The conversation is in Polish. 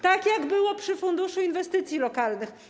Tak jak było przy funduszu inwestycji lokalnych.